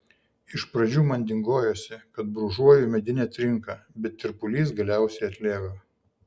iš pradžių man dingojosi kad brūžuoju medinę trinką bet tirpulys galiausiai atlėgo